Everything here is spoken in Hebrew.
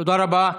תודה רבה.